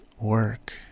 work